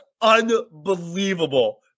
unbelievable